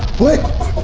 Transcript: what?